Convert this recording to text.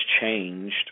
changed